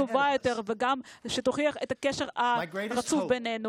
הברית האיתנה בינינו עדיין לפנינו.